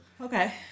Okay